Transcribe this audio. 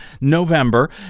November